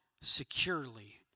securely